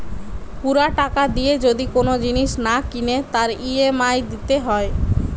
পুরা টাকা দিয়ে যদি কোন জিনিস না কিনে তার ই.এম.আই দিতে হয়